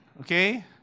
okay